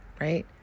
right